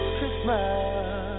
Christmas